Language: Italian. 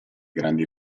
grandi